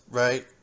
right